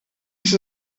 ich